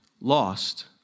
lost